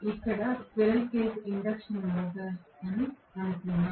ఇది squirrel cage induction motor అని అనుకుందాం